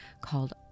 called